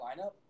lineup